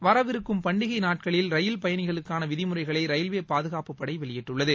வரவிருக்கும் பண்டிகை நாட்களில் ரயில் பயணிகளுக்கான விதிமுறைகளை ரயில்வே பாதுகாப்பு படை வெளியிட்டுள்ளது